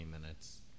minutes